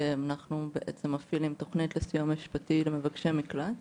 אנחנו מפעילים תכנית לסיוע משפטי למבקשי מקלט